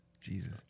Jesus